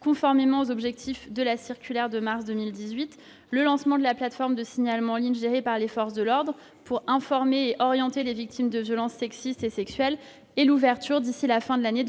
conformément aux objectifs de la circulaire de mars dernier, sur le lancement de la plateforme de signalement en ligne gérée par les forces de l'ordre pour informer et orienter les victimes de violences sexistes et sexuelles, et sur l'ouverture, d'ici à la fin de l'année,